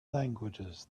languages